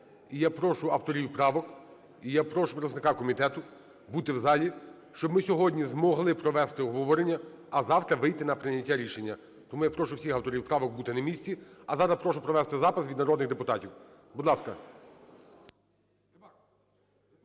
І я прошу авторів правок, і я прошу представника комітету бути в залі, щоб ми сьогодні змогли провести обговорення, а завтра вийти на прийняття рішення. Тому я прошу всіх авторів правок бути на місці. А зараз я прошу провести запис від народний депутатів, будь ласка.